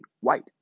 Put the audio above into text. White